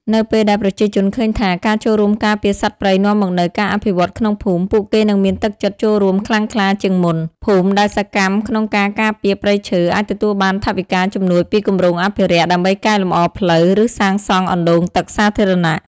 នៅពេលដែលប្រជាជនឃើញថា ការចូលរួមការពារសត្វព្រៃនាំមកនូវការអភិវឌ្ឍក្នុងភូមិ ពួកគេនឹងមានទឹកចិត្តចូលរួមខ្លាំងក្លាជាងមុន។ ភូមិដែលសកម្មក្នុងការការពារព្រៃឈើ អាចទទួលបានថវិកាជំនួយពីគម្រោងអភិរក្ស ដើម្បីកែលម្អផ្លូវ ឬសាងសង់អណ្តូងទឹកសាធារណៈ។